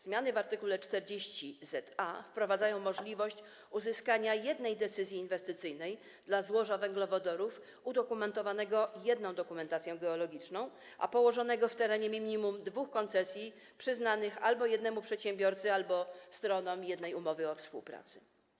Zmiany w art. 40za wprowadzają możliwość uzyskania jednej decyzji inwestycyjnej w przypadku złoża węglowodorów udokumentowanego jedną dokumentacją geologiczną i położonego na terenie minimum dwóch koncesji przyznanych albo jednemu przedsiębiorcy, albo stronom jednej umowy o współpracy.